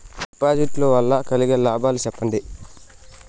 డిపాజిట్లు లు వల్ల కలిగే లాభాలు సెప్పండి?